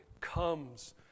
comes